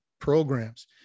programs